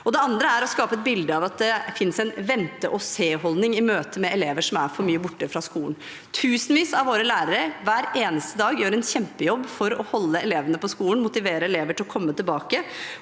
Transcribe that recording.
Det andre er å skape et bilde av at det finnes en vente-og-se-holdning i møte med elever som er for mye borte fra skolen. Hver eneste dag gjør tusenvis av våre lærere en kjempejobb for å holde elevene på skolen, motiverer elever til å komme tilbake,